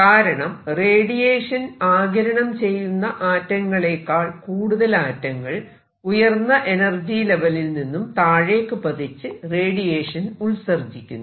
കാരണം റേഡിയേഷൻ ആഗിരണം ചെയ്യുന്ന ആറ്റങ്ങളെക്കാൾ കൂടുതൽ ആറ്റങ്ങൾ ഉയർന്ന എനർജി ലെവലിൽ നിന്നും താഴേക്ക് പതിച്ച് റേഡിയേഷൻ ഉത്സർജ്ജിക്കുന്നു